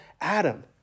Adam